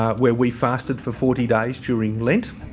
um where we fasted for forty days during lent.